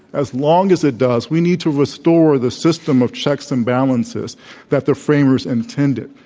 as long as it does, we need to restore the system of checks and balances that the framers and intended.